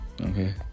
okay